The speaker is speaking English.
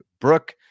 Brooke